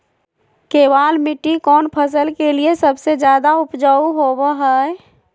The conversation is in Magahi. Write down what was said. केबाल मिट्टी कौन फसल के लिए सबसे ज्यादा उपजाऊ होबो हय?